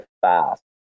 fast